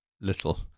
Little